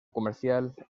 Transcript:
comercial